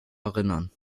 erinnern